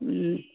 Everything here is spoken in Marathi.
हं